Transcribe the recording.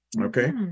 Okay